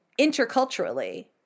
interculturally